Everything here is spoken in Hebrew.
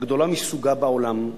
הגדולה מסוגה בעולם,